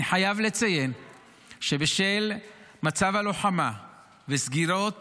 אני חייב לציין שבשל מצב הלוחמה וסגירת